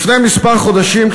לפני כמה חודשים,